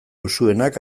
usuenak